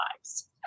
lives